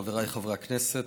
חבריי חברי הכנסת,